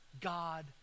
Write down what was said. God